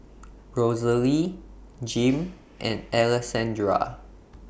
Rosalie Jim and Alessandra